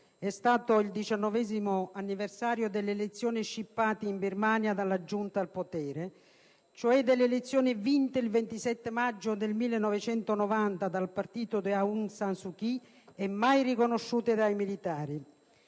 è stato il 19° anniversario delle elezioni «scippate» in Birmania dalla giunta al potere, cioè delle elezioni vinte il 27 maggio 1990 dal partito di Aung San Suu Kyi e mai riconosciute dai militari.